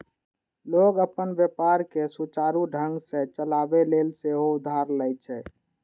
लोग अपन व्यापार कें सुचारू ढंग सं चलाबै लेल सेहो उधार लए छै